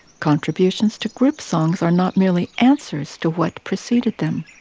contributions to group songs are not merely answers to what preceded them,